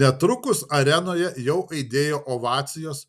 netrukus arenoje jau aidėjo ovacijos